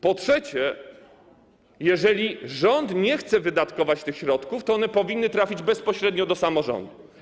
Po trzecie, jeżeli rząd nie chce wydatkować tych środków, to one powinny trafić bezpośrednio do samorządów.